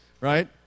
right